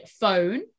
phone